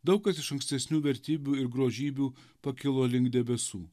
daug kas iš ankstesnių vertybių ir grožybių pakilo link debesų